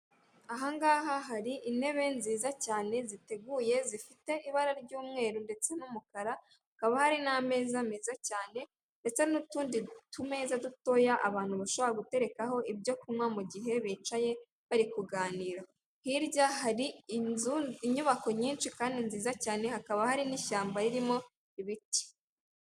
Aha ngaha hari intebe nziza cyane ziteguye zifite ibara ry'umweru ndetse n'umukara, hakaba hari n'ameza meza cyane ndetse n'utundi tumeza dutoya abantu bashobora guterekaho ibyo kunywa mu gihe bicaye bari kuganira, hirya hari inzu/inyubako nyinshi kandi nziza cyane hakaba hari n'ishyamba ririmo ibiti.